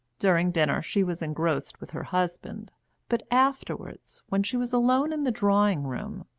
during dinner she was engrossed with her husband but afterwards, when she was alone in the drawing-room,